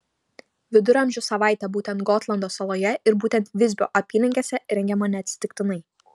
viduramžių savaitė būtent gotlando saloje ir būtent visbio apylinkėse rengiama neatsitiktinai